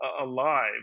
alive